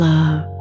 Love